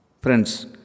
Friends